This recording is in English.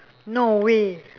no way